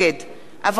אברהם דואן,